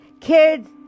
Kids